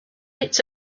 its